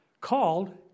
called